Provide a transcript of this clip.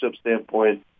standpoint